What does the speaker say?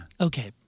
Okay